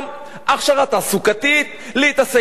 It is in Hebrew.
הכשרה תעסוקתית, להתעסק בפשיעה.